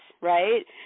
right